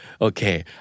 okay